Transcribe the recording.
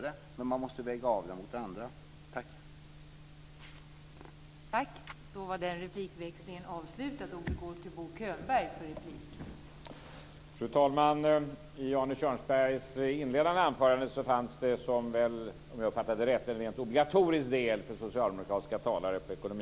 Det måste vägas av mot andra saker.